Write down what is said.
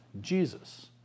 Jesus